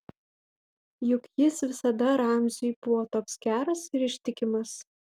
juk jis visada ramziui buvo toks geras ir ištikimas